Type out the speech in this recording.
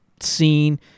scene